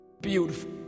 beautiful